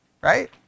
right